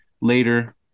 later